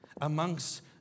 amongst